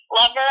lover